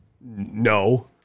No